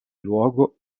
luogo